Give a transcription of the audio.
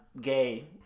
gay